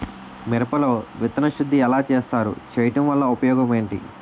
మిరప లో విత్తన శుద్ధి ఎలా చేస్తారు? చేయటం వల్ల ఉపయోగం ఏంటి?